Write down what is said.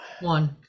One